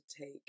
take